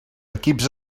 equips